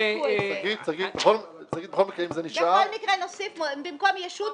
בכל מקרה נוסיף שבמקום "ישות",